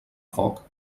foc